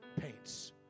paints